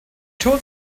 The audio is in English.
told